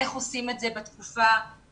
צריך לראות איך עושים את זה בתקופה הקרובה.